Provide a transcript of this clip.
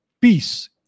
peace